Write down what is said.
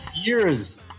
Years